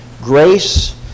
Grace